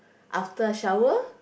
after I shower